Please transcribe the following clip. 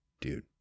dude